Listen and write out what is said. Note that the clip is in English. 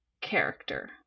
character